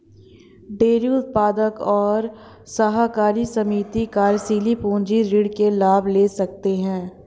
dairy उत्पादक और सहकारी समिति कार्यशील पूंजी ऋण के लाभ ले सकते है